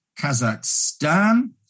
Kazakhstan